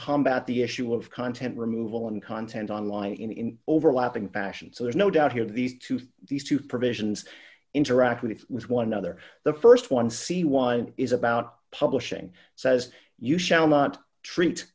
combat the issue of content removal and content on line in overlapping passions so there's no doubt here these two these two provisions interact with one another the st one c one is about publishing says you shall not treat